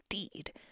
indeed